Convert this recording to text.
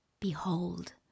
behold